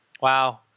wow